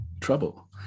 trouble